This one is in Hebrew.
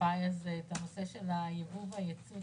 להסביר את נושא הייבוא והייצוא,